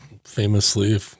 famously